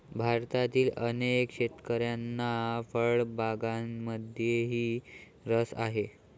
भारतातील अनेक शेतकऱ्यांना फळबागांमध्येही रस आहे